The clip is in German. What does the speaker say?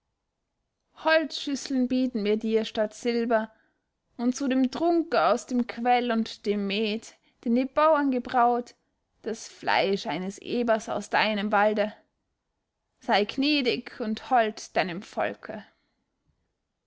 holzschüsseln bieten wir dir statt silber und zu dem trunke aus dem quell und dem met den die bauern gebraut das fleisch eines ebers aus deinem walde sei gnädig und hold deinem volke